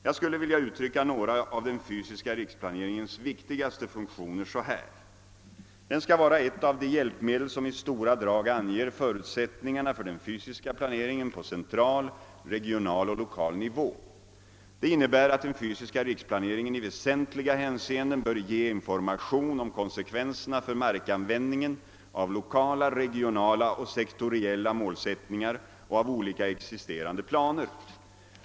Jag skulle vilja uttrycka några av den fysiska = riksplaneringens viktigaste funktioner så här. Den skall vara ett av de hjälpmedel som i stora drag anger förutsättningarna för den fysiska planeringen på central, regional och lokal nivå. Det innebär att den fysiska riksplaneringen i väsentliga hänseenden bör ge information om konsekvenserna för markanvändningen av lokala, regionala och sektoriella målsättningar och av olika existerande planer.